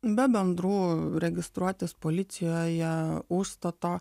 be bendrų registruotis policijoje užstato